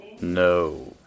No